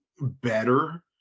better